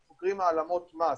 אנחנו חוקרים העלמות מס.